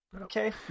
Okay